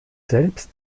selbst